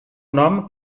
nom